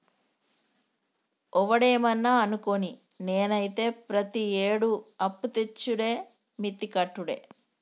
ఒవడేమన్నా అనుకోని, నేనైతే ప్రతియేడూ అప్పుతెచ్చుడే మిత్తి కట్టుడే